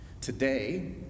Today